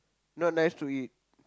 not nice to eat